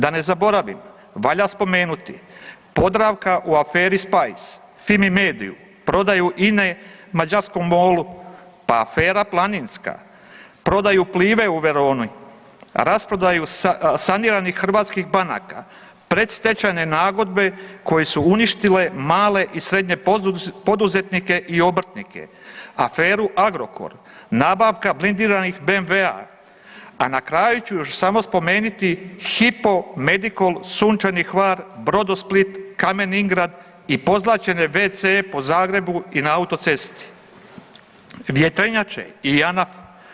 Da ne zaboravimo, valja spomenuti Podravka u aferi Spice, Fimi mediju, prodaju INE mađarskom MOL-u, pa afera Planinska, prodaju Plive u Veroni, rasprodaju saniranih hrvatskih banaka, predstečajne nagodbe koje su uništile male i srednje poduzetnike i obrtnike, aferu Agrokor, nabavka blindiranih BMW-a, a na kraju ću još samo spomenuti Hipyo, Medikol, Sunčani Hvar, Brodosplit, Kamen Ingrad i pozlaćene WC-e po Zagrebu i na autocesti, vjetrenjače i JANAF.